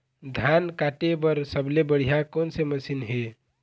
धान काटे बर सबले बढ़िया कोन से मशीन हे?